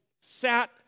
sat